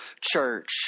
church